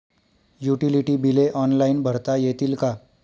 Utility बिले online भरता येतील का?